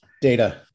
Data